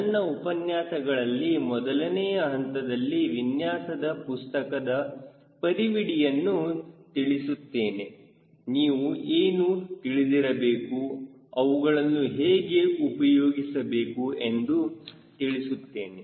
ನನ್ನ ಉಪನ್ಯಾಸಗಳಲ್ಲಿ ಮೊದಲನೆಯ ಹಂತದಲ್ಲಿ ವಿನ್ಯಾಸದ ಪುಸ್ತಕದ ಪರಿವಿಡಿಯನ್ನು ತಿಳಿಸುತ್ತೇನೆ ನೀವು ಏನು ತಿಳಿದಿರಬೇಕು ಅವುಗಳನ್ನು ಹೇಗೆ ಉಪಯೋಗಿಸಬೇಕು ಎಂದು ತಿಳಿಸುತ್ತೇನೆ